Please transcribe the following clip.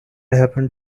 happened